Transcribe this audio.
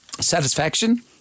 Satisfaction